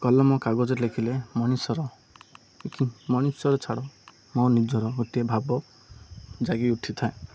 କଲମ କାଗଜରେ ଲେଖିଲେ ମଣିଷର ମଣିଷର ଛାଡ଼ ମୋ ନିଜର ଗୋଟିଏ ଭାବ ଜାଗି ଉଠିଥାଏ